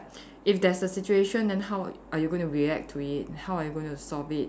if there's a situation then how are you going to react it how are you going to solve it